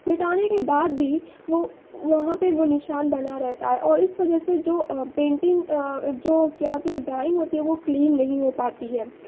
مٹانے کے بعد بھی وہ وہاں پہ وہ نشان بنا رہتا ہے اور اس وجہ سے جو پینٹنگ جو کیا ہوتی ہے ڈرائئنگ ہوتی ہے وہ کلین نہیں ہو پاتی ہے